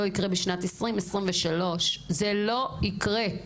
לא יקרה בשנת 2023. זה לא יקרה.